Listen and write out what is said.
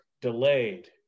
delayed